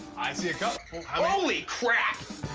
i see a couple holy crap!